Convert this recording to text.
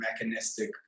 mechanistic